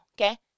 okay